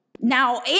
Now